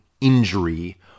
injury